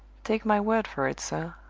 take my word for it, sir,